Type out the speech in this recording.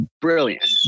Brilliant